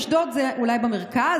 אשדוד זה אולי במרכז,